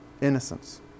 Innocence